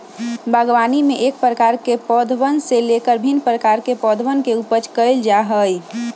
बागवानी में एक प्रकार के पौधवन से लेकर भिन्न प्रकार के पौधवन के उपज कइल जा हई